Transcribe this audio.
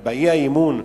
באי-אמון,